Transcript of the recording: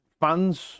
fans